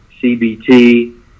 CBT